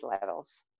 levels